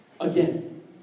again